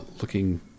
looking